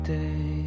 day